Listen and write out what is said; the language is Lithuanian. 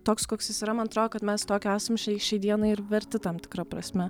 toks koks jis yra man atrodo kad mes tokio esam šiai šiai dienai ir verti tam tikra prasme